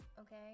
okay